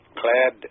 clad